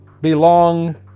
belong